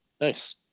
Nice